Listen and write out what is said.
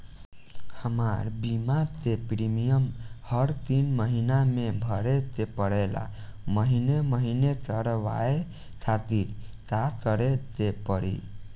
हमार बीमा के प्रीमियम हर तीन महिना में भरे के पड़ेला महीने महीने करवाए खातिर का करे के पड़ी?